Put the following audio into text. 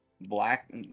Black